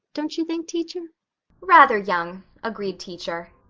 don't you think, teacher rather young, agreed teacher.